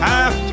Half